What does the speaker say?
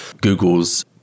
Google's